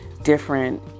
different